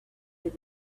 with